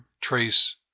trace